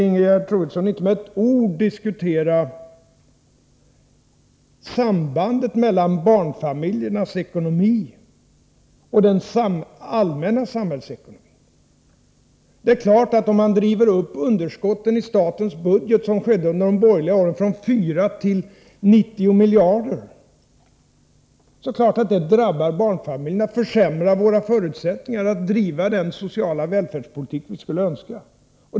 Ingegerd Troedsson vill inte med ett enda ord diskutera sambandet mellan barnfamiljernas ekonomi och den allmänna samhällsekonomin. Om man driver upp underskotten i statens budget — som skedde under de borgerliga åren — från 4 till 90 miljarder kronor, drabbar det självfallet barnfamiljerna och bidrar till en försämring när det gäller våra förutsättningar att föra den sociala välfärdspolitik som vi skulle önska.